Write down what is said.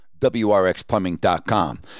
WRXplumbing.com